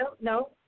No